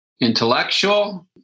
intellectual